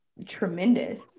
tremendous